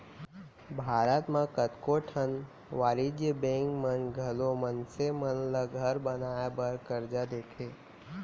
भारत म कतको ठन वाणिज्य बेंक मन घलौ मनसे मन ल घर बनाए बर करजा देथे